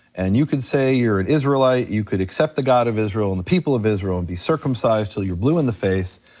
and you can say you're an and israelite, you could accept the god of israel and the people of israel and be circumcised until you're blue in the face,